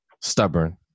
stubborn